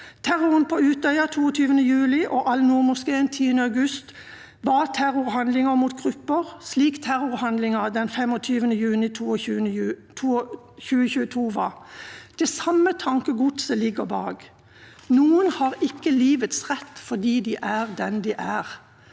Terroren på Utøya 22. juli og i Al-Noor-moskeen 10. august var terrorhandlinger mot grupper slik terrorhandlingen den 25. juni 2022 var. Det samme tankegodset ligger bak: Noen har ikke livets rett fordi de er den de er.